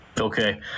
Okay